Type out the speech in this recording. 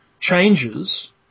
Changes